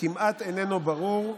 כמעט איננו ברור,